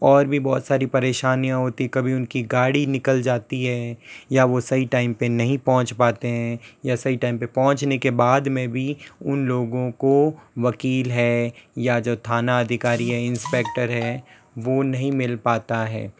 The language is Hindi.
और भी बहुत सारी परेशानीयाँ होती कभी उनकी गाड़ी निकल जाती है या वो सही टाइम पर नहीं पहुँच पाते हैं या सही टाइम पर पहुँचने के बाद में भी उन लोगों को वकील है या जो थाना अधिकारी है इंस्पेक्टर है वो नहीं मिल पाता है